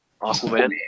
Aquaman